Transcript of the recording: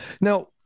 now